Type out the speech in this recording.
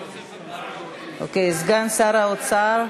סגן שר האוצר,